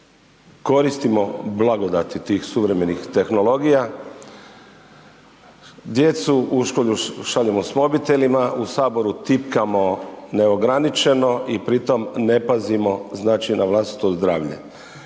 koristimo blagodati tih suvremenih tehnologija, djecu u školu šaljemo s mobitelima, u saboru tipkamo neograničeno i pri tom ne pazimo znači na vlastito zdravlje.